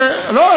מאה אחוז.